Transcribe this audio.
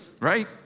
right